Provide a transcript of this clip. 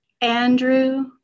Andrew